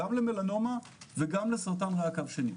גם למלנומה וגם לסרטן ריאה קו שני.